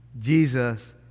Jesus